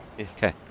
Okay